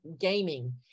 gaming